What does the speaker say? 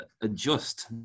adjust